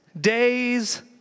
days